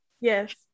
yes